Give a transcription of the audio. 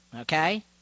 Okay